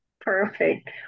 Perfect